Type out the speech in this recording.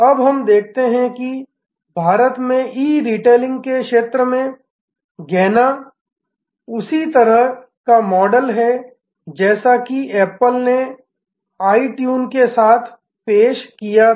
अब हम देखते हैं कि भारत में ई रिटेलिंग के क्षेत्र में या गैना उसी तरह का मॉडल है जैसा कि एप्पल ने आइट्यून के साथ पेश किया था